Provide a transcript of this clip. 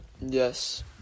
Yes